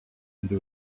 into